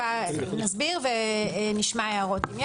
נסביר ונשמע הערות אם יש.